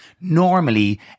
normally